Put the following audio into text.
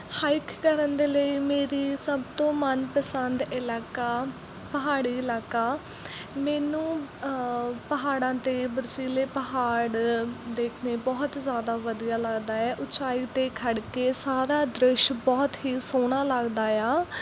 hike ਕਰਨ ਦੇ ਲਈ ਮੇਰੀ ਸਭ ਤੋਂ ਮਨ ਪਸੰਦ ਇਲਾਕਾ ਪਹਾੜੀ ਇਲਾਕਾ ਮੈਨੂੰ ਪਹਾੜਾਂ 'ਤੇ ਬਰਫੀਲੇ ਪਹਾੜ ਦੇਖਣੇ ਬਹੁਤ ਜ਼ਿਆਦਾ ਵਧੀਆ ਲੱਗਦਾ ਹੈ ਉੱਚਾਈ 'ਤੇ ਖੜ੍ਹ ਕੇ ਸਾਰਾ ਦ੍ਰਿਸ਼ ਬਹੁਤ ਹੀ ਸੋਹਣਾ ਲੱਗਦਾ ਆ